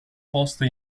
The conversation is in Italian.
posto